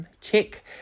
check